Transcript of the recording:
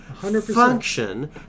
Function